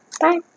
Bye